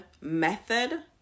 method